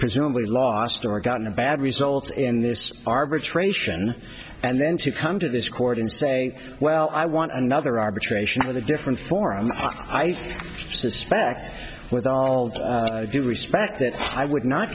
presumably lost or gotten a bad result in this arbitration and then to come to this court and say well i want another arbitration with a different forum i suspect with all due respect that i would not